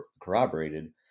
corroborated